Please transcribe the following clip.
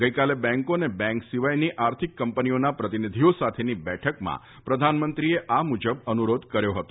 ગઈકાલે બેન્કો અને બેન્ક સિવાયની આર્થિક કંપનીઓના પ્રતિનિધિઓ સાથેની બેઠકમાં પ્રધાનમંત્રીએ આ મુજબ અનુરોધ કર્યો હતો